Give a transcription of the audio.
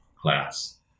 class